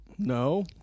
No